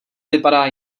vypadá